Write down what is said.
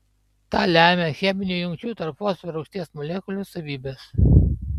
tą lemia cheminių jungčių tarp fosforo rūgšties molekulių savybės